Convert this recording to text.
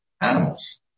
animals